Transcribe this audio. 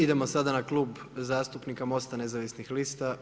Idemo na sada na Klub zastupnika MOST-a nezavisnih lista.